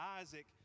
Isaac